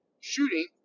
shooting